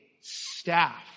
staff